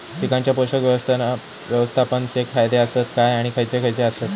पीकांच्या पोषक व्यवस्थापन चे फायदे आसत काय आणि खैयचे खैयचे आसत?